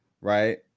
right